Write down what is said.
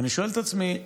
ואני שואל את עצמי: